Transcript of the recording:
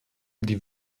die